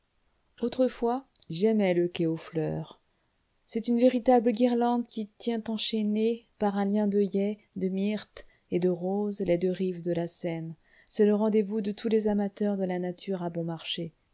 autrefois j'aimais le quai aux fleurs c'est une véritable guirlande qui tient enchaînées par un lien d'oeillets de myrtes et de roses les deux rives de la seine c'est le rendez-vous de tous les amateurs de la nature à bon marché